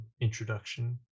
introduction